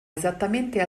esattamente